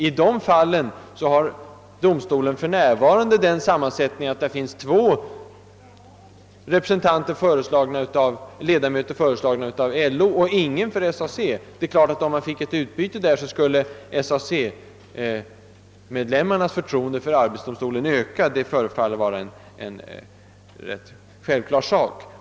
I sådana fall har domstolen för närvarande den sammansättningen att två av ledamöterna är föreslagna av LO men ingen av SAC. Om man fick byta ut en ledamot där, skulle naturligtvis SAC-medlemmarnas förtroende för arbetsdomstolen öka.